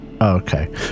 Okay